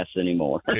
anymore